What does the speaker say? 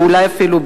ואולי אפילו,